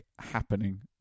happening